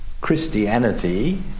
Christianity